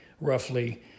roughly